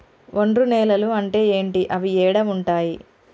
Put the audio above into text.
ఒండ్రు నేలలు అంటే ఏంటి? అవి ఏడ ఉంటాయి?